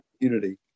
community